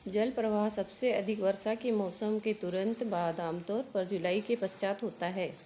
जल प्रवाह सबसे अधिक वर्षा के मौसम के तुरंत बाद आम तौर पर जुलाई के पश्चात होता है